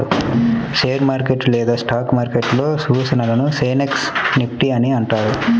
share market లేదా stock మార్కెట్లో సూచీలను సెన్సెక్స్, నిఫ్టీ అని అంటారు